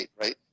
right